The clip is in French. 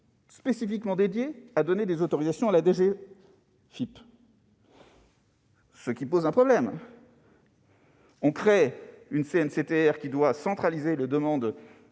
spécifiquement dédié à délivrer des autorisations à la DGFiP. Cela pose un problème : d'un côté, on crée une CNCTR qui doit centraliser les demandes